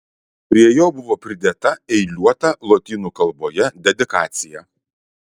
prie jo buvo pridėta eiliuota lotynų kalboje dedikacija